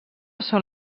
són